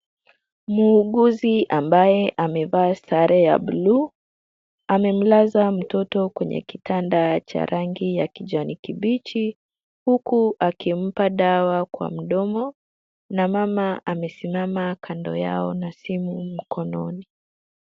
Muuguzi ambaye amevaa sare ya blue , amemlaza mtoto kwenye kitanda cha rangi ya kijani kibichi, huku akimpa dawa kwa mdomo na mama amesimama kando yao na simu mkononi.